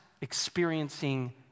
experiencing